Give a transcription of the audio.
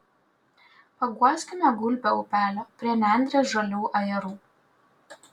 paguoskime gulbę upelio prie nendrės žalių ajerų